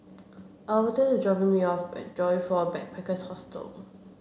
Albertus is dropping me off at Joyfor Backpackers' Hostel